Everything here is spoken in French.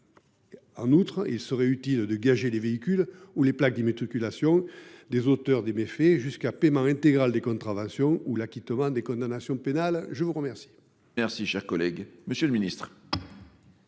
En outre, il serait utile de gager les véhicules, ou les plaques d’immatriculation, des auteurs des méfaits, jusqu’à paiement intégral des contraventions ou acquittement des condamnations pénales. La parole est à M. le ministre délégué. Monsieur le sénateur